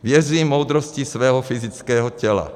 Věřím moudrosti svého fyzického těla.